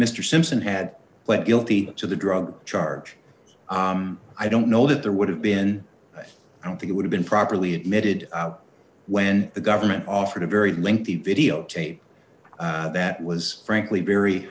mr simpson had pled guilty to the drug charge i don't know that there would have been but i don't think it would have been properly admitted when the government offered a very lengthy videotape that was frankly